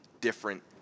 different